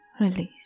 release